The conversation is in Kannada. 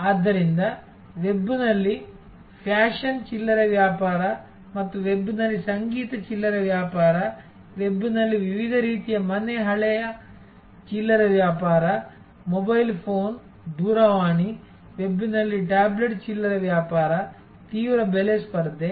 ಆದ್ದರಿಂದ ವೆಬ್ನಲ್ಲಿ ಫ್ಯಾಷನ್ ಚಿಲ್ಲರೆ ವ್ಯಾಪಾರ ಮತ್ತು ವೆಬ್ನಲ್ಲಿ ಸಂಗೀತ ಚಿಲ್ಲರೆ ವ್ಯಾಪಾರ ವೆಬ್ನಲ್ಲಿ ವಿವಿಧ ರೀತಿಯ ಮನೆ ಹಳೆಯ ಚಿಲ್ಲರೆ ವ್ಯಾಪಾರ ಮೊಬೈಲ್ ಫೋನ್ ದೂರವಾಣಿ ವೆಬ್ನಲ್ಲಿ ಟ್ಯಾಬ್ಲೆಟ್ ಚಿಲ್ಲರೆ ವ್ಯಾಪಾರ ತೀವ್ರ ಬೆಲೆ ಸ್ಪರ್ಧೆ